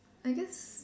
I guess